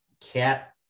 cat